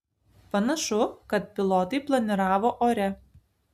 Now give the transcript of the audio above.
panašu kad pilotai planiravo ore